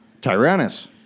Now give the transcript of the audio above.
Tyrannus